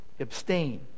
abstain